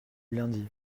lundi